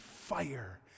fire